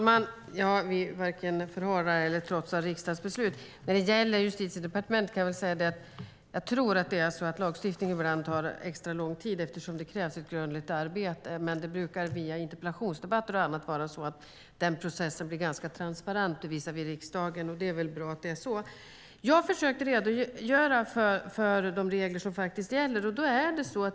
Fru talman! Vi varken förhalar eller trotsar riksdagsbeslut. När det gäller Justitiedepartementet kan jag säga att jag tror att lagstiftning ibland tar extra lång tid eftersom det krävs ett grundligt arbete. Det brukar dock via interpellationsdebatter och annat vara så att processen blir ganska transparent visavi riksdagen, och det är väl bra att det är så. Jag försökte redogöra för de regler som faktiskt gäller.